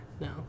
no